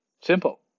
Simple